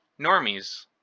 normies